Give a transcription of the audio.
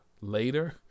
later